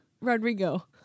Rodrigo